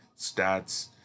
stats